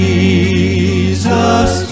Jesus